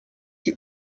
die